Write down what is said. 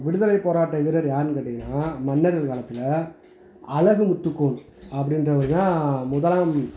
விடுதலை போராட்ட வீரர் யாருன்னு கேட்டீங்கன்னால் மன்னர்கள் காலத்தில் அழகு முத்து கோன் அப்படின்றவர் தான் முதலாம்